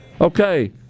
Okay